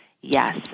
yes